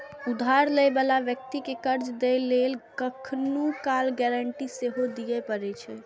उधार लै बला व्यक्ति कें कर्ज दै लेल कखनहुं काल गारंटी सेहो दियै पड़ै छै